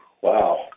Wow